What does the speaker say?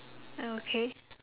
okay